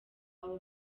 abo